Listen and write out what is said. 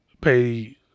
pay